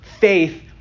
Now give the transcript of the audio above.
faith